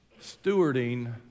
Stewarding